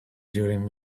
during